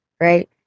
right